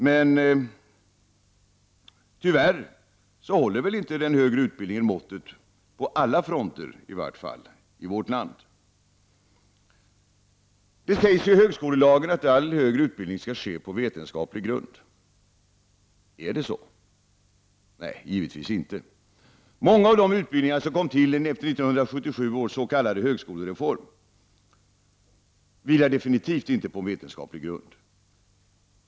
Men tyvärr håller inte den högre utbildningen måttet på alla fronter i vårt land. I högskolelagen sägs det att all högre utbildning skall ske på vetenskaplig grund. Är det så? Nej, givetvis inte. Många av de utbildningar som kom till efter 1977 års s.k. högskolereform vilar definitivt inte på vetenskaplig grund.